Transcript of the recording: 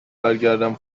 برگردم